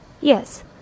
yes